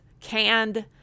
canned